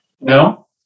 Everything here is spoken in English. No